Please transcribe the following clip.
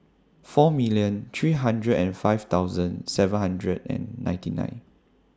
four million three hundred and five thousand seven hundred and ninety nine